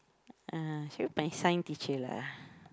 uh she my science teacher lah